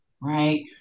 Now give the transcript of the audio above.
right